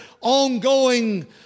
ongoing